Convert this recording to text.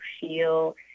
feel